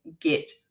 get